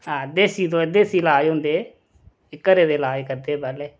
आं देसी दोआई देसी इलाज होंदे घरें दे लाज करदे हे पैह्ले